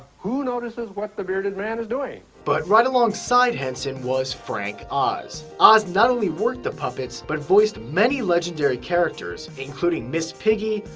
who notices what the bearded man is doing? but right alongside henson was frank oz. oz not only worked the puppets, but voiced many legendary characters including miss piggy,